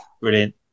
brilliant